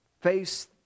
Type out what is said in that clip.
face